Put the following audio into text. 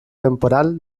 temporal